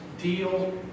deal